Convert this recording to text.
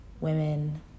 women